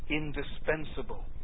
indispensable